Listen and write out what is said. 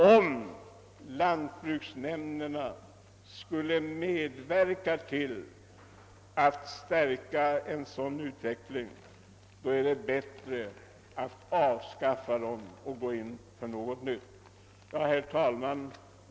Om lantbruksnämnderna skulle medverka till en utveckling mot feodalism är det bättre att avskaffa dem och gå in för något nytt. Herr talman!